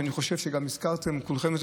שאני חושב שגם הזכרתם כולכם,